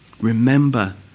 Remember